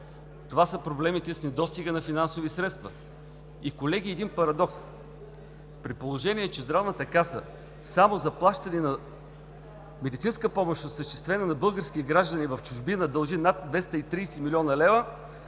Това са проблемите с недостига на финансови средства. И, колеги, един парадокс – при положение че Здравната каса само за плащане на медицинска помощ, осъществена на български граждани в чужбина, дължи над 230 млн. лв.,